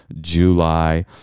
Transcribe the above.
July